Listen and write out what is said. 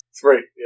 Three